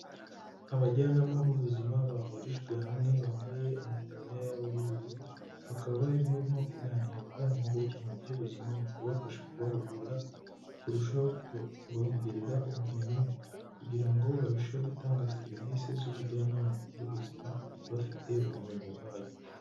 Abajyanama b'ubuzima, bahurijwe hamwe, bambaye amataburiya yabo y'ubururu, bakaba barimo kuganirizwa n'impuguke mu by'ubuzima, mu kubafasha kubahugura, kurushaho kubongerera ubumenyi, kugira ngo barusheho gutanga serivisi z'ubujyanama mu by'ubuzima, bafite ubumenyi buhagije.